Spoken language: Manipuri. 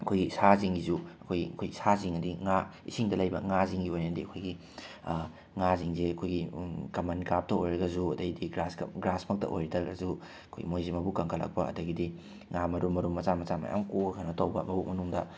ꯑꯩꯈꯣꯏꯒꯤ ꯁꯥꯁꯤꯡꯁꯨ ꯑꯩꯈꯣꯏ ꯑꯩꯈꯣꯏ ꯁꯥꯁꯤꯡꯅꯗꯤ ꯉꯥ ꯏꯁꯤꯡꯗ ꯂꯩꯕ ꯉꯥꯁꯤꯡꯒꯤ ꯑꯣꯏꯅꯗꯤ ꯑꯩꯈꯣꯏꯒꯤ ꯉꯥꯁꯤꯡꯁꯦ ꯑꯩꯈꯣꯏꯒꯤ ꯀꯃꯟ ꯀꯥꯔꯞꯇ ꯑꯣꯏꯔꯒꯁꯨ ꯑꯗꯒꯤꯗꯤ ꯒ꯭ꯔꯥꯁ ꯀꯞ ꯒ꯭ꯔꯥꯁ ꯃꯛꯇ ꯑꯣꯏꯇꯔꯒꯁꯨ ꯑꯩꯈꯣꯏ ꯃꯣꯏꯁꯦ ꯃꯕꯨꯛ ꯀꯪꯈꯠꯂꯛꯄ ꯑꯗꯒꯤꯗꯤ ꯉꯥ ꯃꯔꯨꯝ ꯃꯔꯨꯝ ꯃꯆꯥ ꯃꯆꯥ ꯃꯌꯥꯝ ꯀꯣꯛꯑꯀꯥꯟꯗ ꯇꯧꯕ ꯃꯕꯨꯛ ꯃꯅꯨꯡꯗ